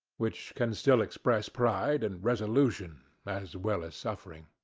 which can still express pride and resolution as well as suffering.